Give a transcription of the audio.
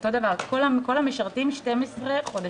אותו דבר, כל המשרתים 12 חודשים.